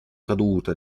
caduta